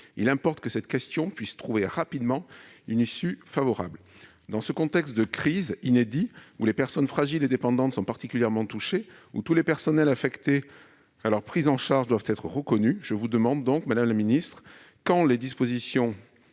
il importe que cette question puisse trouver rapidement une issue favorable. Dans le contexte de crise inédit, où les personnes fragiles et dépendantes sont particulièrement touchées et où tous les personnels affectés à leur prise en charge doivent être reconnus, je vous demande, madame la ministre, quand les dispositions